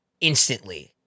instantly